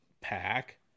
pack